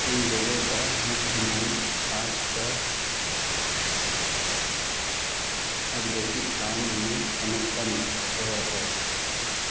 इन लोगों का मुख्य मूल आज का उज्बेकिस्तान में समरकन्द शहर है